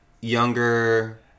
younger